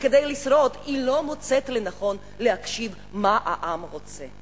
וכדי לשרוד היא לא מוצאת לנכון להקשיב מה העם רוצה.